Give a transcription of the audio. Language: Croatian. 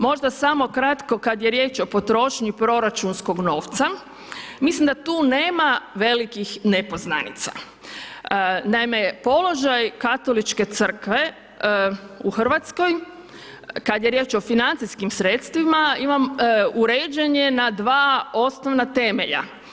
Možda samo kratko kad je riječ o potrošnji proračunskog novca, mislim da tu nema velikih nepoznanica, naime položaj Katoličke crkve u Hrvatskoj kad je riječ o financijskim sredstvima imam, uređen je na dva osnovna temelja.